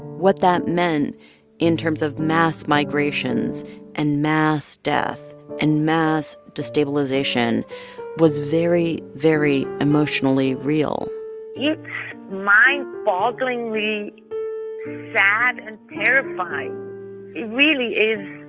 what that meant in terms of mass migrations and mass death and mass destabilization was very, very emotionally real it's yeah mind-bogglingly sad and terrifying. it really is,